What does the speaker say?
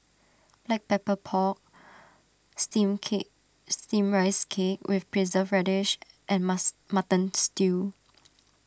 Black Pepper Pork Steamed Cake Steamed Rice Cake with Preserved Radish and mass Mutton Stew